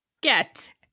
Get